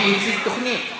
מיקי הציג תוכנית.